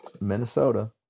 Minnesota